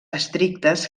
estrictes